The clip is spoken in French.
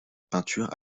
peinture